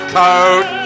coat